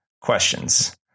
questions